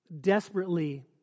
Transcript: desperately